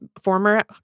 former